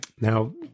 Now